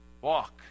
Walk